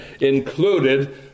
included